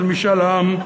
של משאל העם.